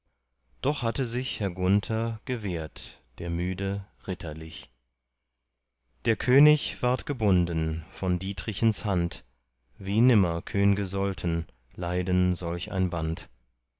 doch hatte sich herr gunther gewehrt der müde ritterlich der könig ward gebunden von dietrichens hand wie nimmer könge sollten leiden solch ein band